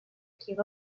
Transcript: qui